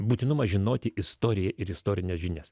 būtinumą žinoti istoriją ir istorines žinias